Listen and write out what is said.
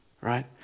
right